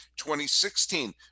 2016